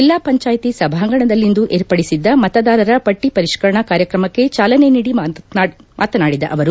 ಜಿಲ್ಲಾ ಪಂಚಾಯಿತಿ ಸಂಭಾಗಣದದಲ್ಲಿಂದು ವಿರ್ಪಡಿಸಿದ್ದ ಮತದಾರರ ಪಟ್ಟ ಪರಿಷ್ಕರಣಾ ಕಾರ್ಯಕ್ರಮಕ್ಕೆ ಚಾಲನೆ ನೀಡಿ ಅವರು ಮಾತನಾಡಿದರು